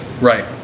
Right